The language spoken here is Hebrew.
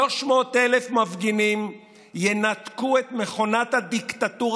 300,000 מפגינים ינתקו את מכונת הדיקטטורה